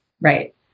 Right